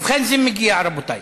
ובכן, זה מגיע, רבותי.